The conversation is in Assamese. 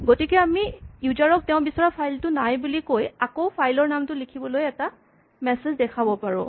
গতিকে আমি ইউজাৰ ক তেওঁ বিচৰা ফাইল টো নাই বুলি কৈ আকৌ ফাইল ৰ নামটো লিখিবলৈ এটা মেছেজ দেখুৱাব পাৰোঁ